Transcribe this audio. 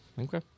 Okay